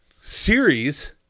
series